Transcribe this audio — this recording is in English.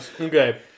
okay